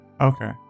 Okay